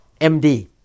MD